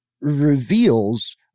reveals